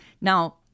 Now